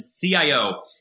CIO